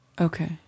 Okay